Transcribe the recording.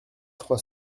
trois